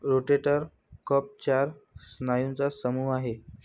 rotator cuff चार स्नायूंचा समूह आहे